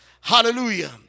Hallelujah